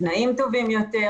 בתנאים טובים יותר,